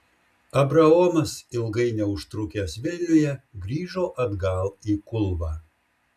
abraomas ilgai neužtrukęs vilniuje grįžo atgal į kulvą